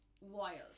wild